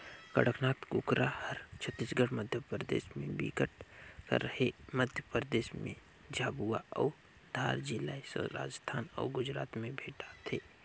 कड़कनाथ कुकरा हर छत्तीसगढ़, मध्यपरदेस में बिकट कर हे, मध्य परदेस में झाबुआ अउ धार जिलाए राजस्थान अउ गुजरात में भेंटाथे